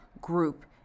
group